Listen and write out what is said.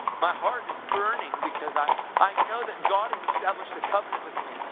my heart is burning, because i i know that god has established a covenant with me.